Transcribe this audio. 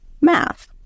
math